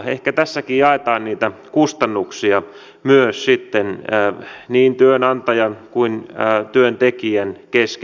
ehkä tässäkin jaetaan niitä kustannuksia myös sitten niin työnantajan kuin työntekijänkin kesken